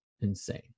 insane